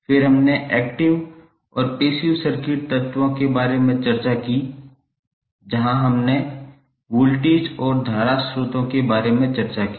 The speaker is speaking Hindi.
फिर हमने एक्टिव और पैसिव सर्किट तत्वों के बारे में चर्चा की जहां हमने वोल्टेज और धारा स्रोतों के बारे में चर्चा की